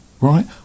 right